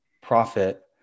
profit